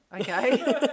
okay